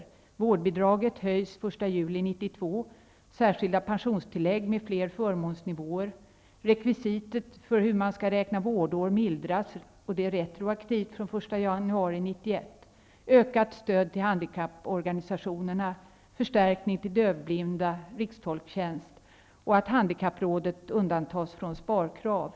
Det handlar om att vårdbidraget höjs den 1 juli 1992, om särskilda pensionstillägg med fler förmånsnivåer, om att rekvisitet för hur vårdår skall räknas mildras och att det skall gälla retroaktivt från den 1 januari 1991, om ökat stöd till handikapporganisationerna, om en förstärkning till dövblinda samt om rikstolktjänst. Handikapprådet undantas från sparkrav.